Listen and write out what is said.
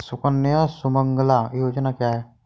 सुकन्या सुमंगला योजना क्या है?